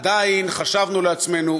עדיין חשבנו לעצמנו,